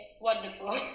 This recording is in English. wonderful